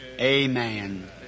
amen